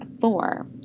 four